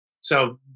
so-